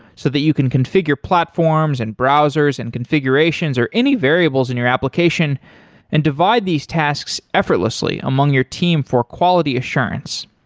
so that you can configure platforms and browsers and configurations or any variables in your application and divide these tasks effortlessly among your team for quality assurance.